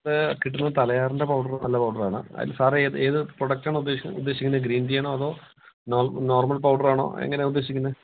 അത് കിട്ടുന്നത് തലയാറിൻ്റെ പൗഡറും നല്ല പൗഡർ ആണ് സാർ ഏത് ഏതു പ്രോഡക്റ്റാണ് ഉദ്ദേശി ഉദ്ദേശിക്കുന്നത് ഗ്രീൻ ടി ആണോ അതോ നോർമൽ പൗഡർ ആണോ എങ്ങനെയാണ് ഉദ്ദേശിക്കുന്നത്